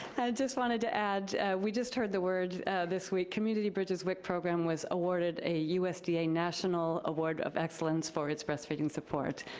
just wanted to add we just heard the word this week. community bridges wic program was awarded a usda national award of excellence for its breastfeeding support.